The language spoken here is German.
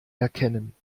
erkennen